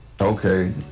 Okay